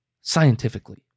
scientifically